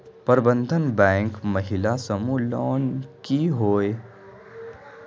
प्रबंधन बैंक महिला समूह लोन की होय?